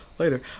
later